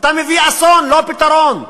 אתה מביא אסון, לא פתרון.